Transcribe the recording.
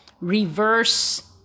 reverse-